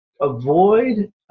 avoid